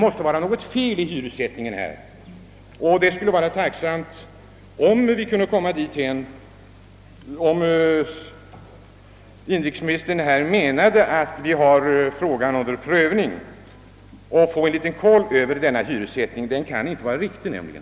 Det skulle vara tacknämligt om vi kunde komma dithän att inrikesministern lovade att frågan togs under prövning så att vi fick en liten koll på denna hyressättning. Den kan inte vara riktig, nämligen.